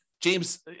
James